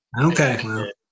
Okay